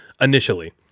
initially